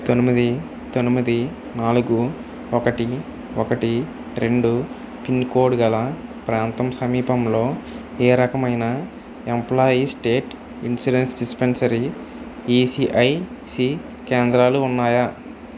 తొమ్మిది తొమ్మిది నాలుగు ఒకటి ఒకటి రెండు పిన్ కోడ్ గల ప్రాంతం సమీపంలో ఏ రకమైన employees state insurance dispensary ESIC కేంద్రాలు ఉన్నాయా